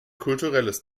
kulturelles